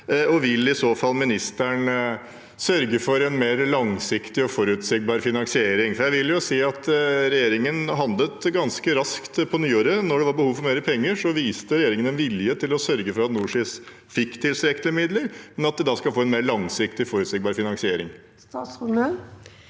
Vil i så fall ministeren sørge for en mer langsiktig og forutsigbar finansiering? Regjeringen handlet ganske raskt på nyåret. Da det var behov for mer penger, viste regjeringen en vilje til å sørge for at NorSIS fikk tilstrekkelig med midler, men kan de få en mer langsiktig og forutsigbar finansiering? Statsråd